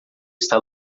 está